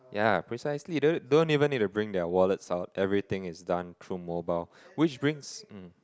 ya precisely don't don't even need to bring their wallets out everything is done through mobile which brings um